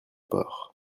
port